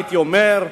הייתי אומר: